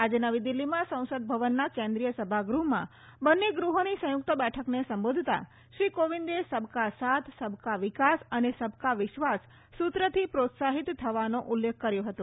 આજે નવી દિલ્હીમાં સંસદ ભવનના કેન્દ્રીય સભાગૃહમાં બંને ગૃહોની સંયુક્ત બેઠકને સંબોધતાં શ્રી કોવિન્દે સબ કા સાથ સબકા વિકાસ અને સબકા વિશ્વાસ સૂત્રથી પ્રોત્સાહિત થવાનો ઉલ્લેખ કર્યો હતો